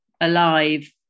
alive